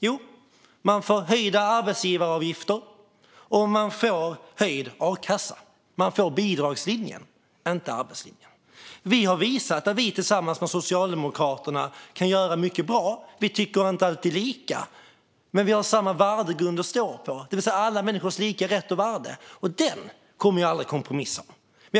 Jo, man får höjda arbetsgivaravgifter, och man får höjd a-kassa, det vill säga bidragslinjen, inte arbetslinjen. Vi har visat att vi tillsammans med Socialdemokraterna kan göra mycket bra. Vi tycker inte alltid lika, men vi står på samma värdegrund, det vill säga alla människors lika rätt och värde. Den kommer jag aldrig att kompromissa om.